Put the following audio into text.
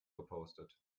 gepostet